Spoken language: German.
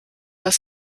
dass